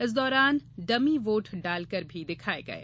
इस दौरान dummy vote डालकर भी दिखाये गये